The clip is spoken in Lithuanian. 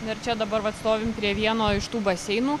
ir čia dabar va stovim prie vieno iš tų baseinų